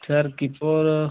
sir keeper